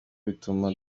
bituma